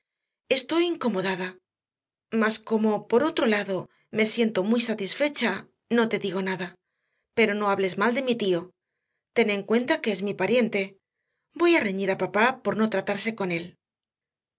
estoy incomodada mas como por otro lado me siento muy satisfecha no te digo nada pero no hables mal de mi tío ten en cuenta que es mi pariente voy a reñir a papá por no tratarse con él